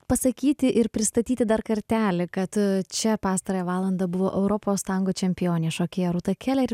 pasakyti ir pristatyti dar kartelį kad čia pastarąją valandą buvo europos tango čempionė šokėja rūta keler